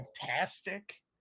fantastic